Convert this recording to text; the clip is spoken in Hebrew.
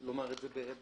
אם לומר את זה בגסות.